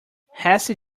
hasty